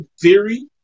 theory